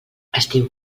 estiu